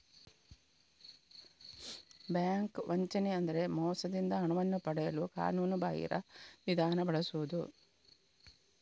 bank ವಂಚನೆ ಅಂದ್ರೆ ಮೋಸದಿಂದ ಹಣವನ್ನು ಪಡೆಯಲು ಕಾನೂನುಬಾಹಿರ ವಿಧಾನ ಬಳಸುದು